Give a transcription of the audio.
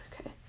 okay